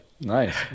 Nice